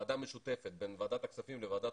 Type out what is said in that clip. ועדה משותפת בין ועדת הכספים לבין ועדת